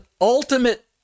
ultimate